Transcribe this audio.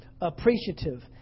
appreciative